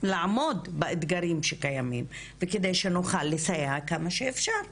לעמוד באתגרים שקיימים וכדי שנוכל לסייע כמה שאפשר.